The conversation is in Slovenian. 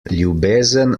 ljubezen